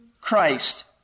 Christ